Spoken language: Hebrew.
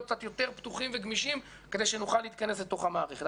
קצת יותר פתוחים וגמישים כדי שנוכל להתכנס לתוך המערכת.